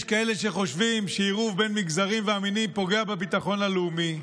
יש כאלה שחושבים שעירוב בין מגזרים ומינים פוגע בביטחון הלאומי,